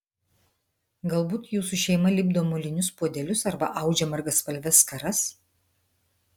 galbūt jūsų šeima lipdo molinius puodelius arba audžia margaspalves skaras